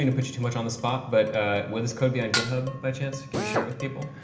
to put you too much on the spot, but would this code be on github, by chance? can be share it with people?